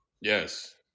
yes